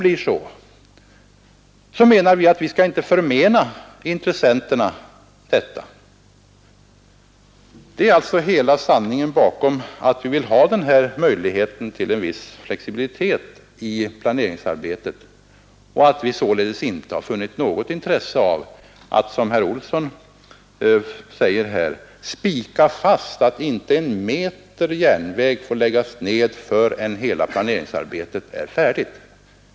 Under sådana förhållanden menar vi att vi inte skall förmena intressenterna ett sådant alternativ. Detta är hela sanningen bakom det förhållandet att vi vill ha en möjlighet till en viss flexibilitet i planeringsarbetet och till att vi inte har funnit något intresse av att, som herr Olsson säger här, spika fast att inte en meter järnväg får läggas ned förrän hela planeringsarbetet är färdigt.